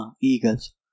Eagles